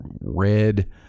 red